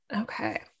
Okay